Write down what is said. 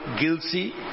guilty